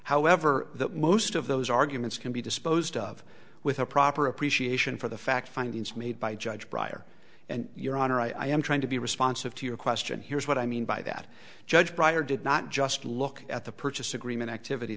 however that most of those arguments can be disposed of with a proper appreciation for the fact findings made by judge pryor and your honor i am trying to be responsive to your question here is what i mean by that judge prior did not just look at the purchase agreement activity